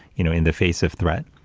you know, in the face of threat.